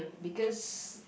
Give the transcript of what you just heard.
because